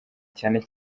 cyane